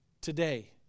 today